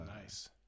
Nice